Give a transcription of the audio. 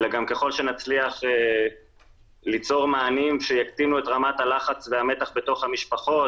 אלא גם ככל שנצליח ליצור מענים שיקטינו את רמת הלחץ והמתח בתוך המשפחות,